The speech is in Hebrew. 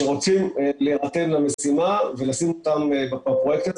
שרוצים להירתם למשימה ולהשתתף בפרויקט.